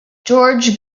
george